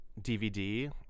DVD